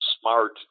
smart